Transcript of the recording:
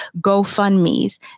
GoFundMes